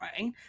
right